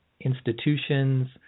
institutions